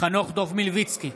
חנוך דב מלביצקי,